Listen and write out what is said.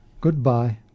Goodbye